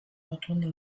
retourner